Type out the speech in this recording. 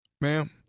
Ma'am